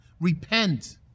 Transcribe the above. Repent